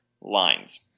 lines